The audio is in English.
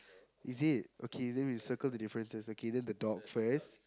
is it okay then we circle the differences okay then the dog first